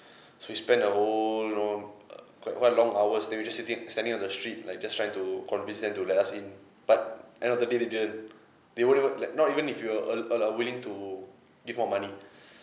so we spend a whole know uh quite quite a long hours then we just sitting standing on the street like just trying to convince them to let us in but end of the day they didn't they wouldn't like not even if you uh uh uh willing to give more money